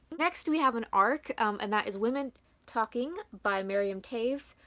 next we have an arc and that is women talking by miriam toews.